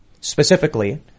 specifically